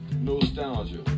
nostalgia